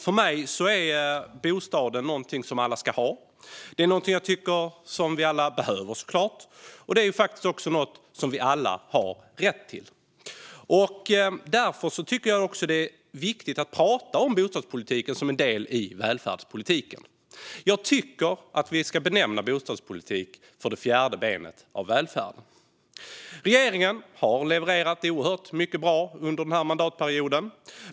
För mig är bostaden någonting som alla ska ha och som vi alla såklart behöver. Det är faktiskt också något som vi alla har rätt till. Därför tycker jag också att det är viktigt att prata om bostadspolitiken som en del av välfärdspolitiken. Jag tycker att vi ska benämna bostadspolitiken välfärdens fjärde ben. Regeringen har levererat oerhört mycket bra under denna mandatperiod.